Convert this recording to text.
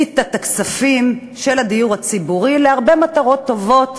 הסיטה את הכספים של הדיור הציבורי להרבה מטרות טובות: